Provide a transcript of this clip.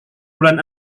bulan